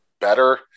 better